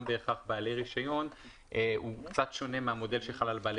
בהכרח בעלי רישיון הוא קצת שונה מהמודל שחל על בעלי